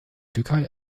türkei